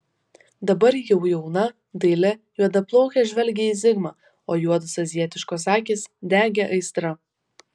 dabar jau jauna daili juodaplaukė žvelgė į zigmą o juodos azijietiškos akys degė aistra